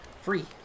free